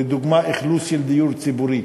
לדוגמה: אכלוס של דיור ציבורי,